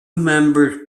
members